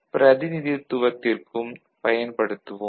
பிரதிநிதித்துவத்திற்கும் பயன்படுத்துவோம்